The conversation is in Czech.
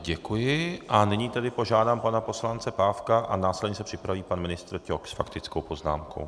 Děkuji a nyní požádám pana poslance Pávka a následně se připraví pan ministr Ťok s faktickou poznámkou.